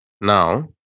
now